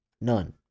None